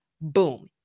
Boom